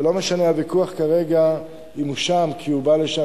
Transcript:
ולא משנה כרגע הוויכוח אם הוא שם כי הוא בא לשם